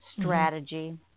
strategy